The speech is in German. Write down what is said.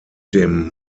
dem